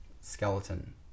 skeleton